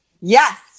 yes